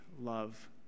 love